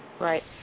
Right